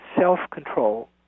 self-control